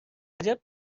عجب